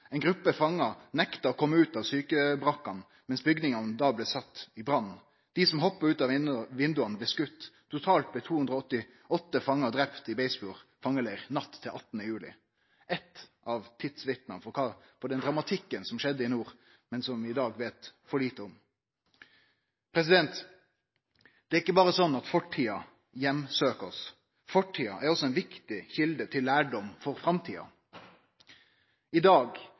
gruppe fangar nekta å kome ut av sjukebrakkene, og bygningane blei då sette i brann. Dei som hoppa ut av vindauga, blei skotne. Totalt blei 288 fangar drepne i Beisfjord fangeleir natt til 18. juli 1942. Dette er eitt av tidsvitna for den dramatikken som skjedde i nord, men som vi i dag veit for lite om. Det er ikkje sånn at fortida berre heimsøkjer oss. Fortida er også ei viktig kjelde til lærdom for framtida. Det enorme ressurspotensialet i